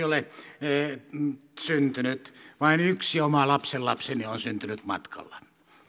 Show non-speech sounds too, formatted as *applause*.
*unintelligible* ole syntynyt vain yksi oma lapsenlapseni on on syntynyt matkalla